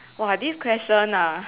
!wah! this question ah